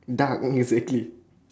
dark exactly